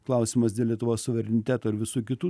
klausimas dėl lietuvos suvereniteto ir visų kitų